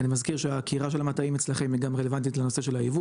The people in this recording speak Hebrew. אני מזכיר שהעקירה של המטעים אצלכם היא גם רלוונטית לנושא של הייבוא,